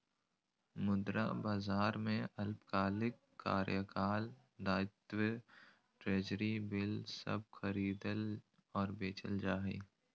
मुद्रा बाजार में अल्पकालिक कार्यकाल दायित्व ट्रेज़री बिल सब खरीदल और बेचल जा हइ